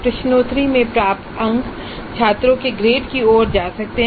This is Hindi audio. प्रश्नोत्तरी में प्राप्त अंक छात्रों के ग्रेड की ओर जा सकते हैं